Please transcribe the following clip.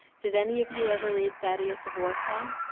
did any of you ever read thaddeus of warsaw?